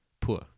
poor